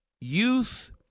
Youth